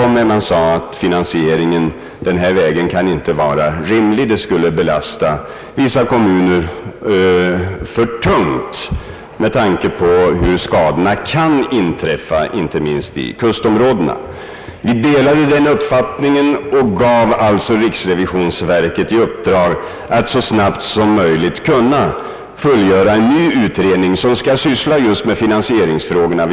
Man ansåg att finansieringen denna väg inte var rimlig, ty det skulle kunna belasta vissa kommuner för tungt. Vi delade den uppfattningen och gav riksrevisionsverket i uppdrag att så snabbt som möjligt göra en ny utredning om just finansieringsfrågorna.